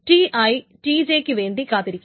Ti Tj ക്ക് വേണ്ടി കാത്തിരിക്കും